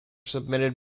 submitted